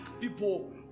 people